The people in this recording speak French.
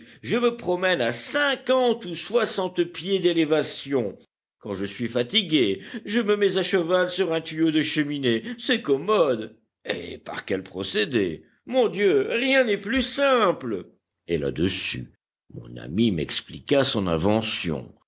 je me promène à cinquante ou soixante pieds d'élévation quand je suis fatigué je me mets à cheval sur un tuyau de cheminée c'est commode et par quel procédé mon dieu rien n'est plus simple et là-dessus mon ami m'expliqua son invention